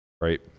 right